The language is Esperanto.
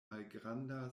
malgranda